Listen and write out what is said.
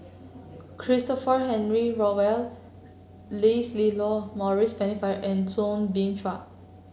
Christopher Henry Rothwell Leslilo Maurice Pennefather and Soo Bin Chua